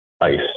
ice